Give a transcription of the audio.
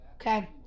Okay